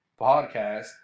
Podcast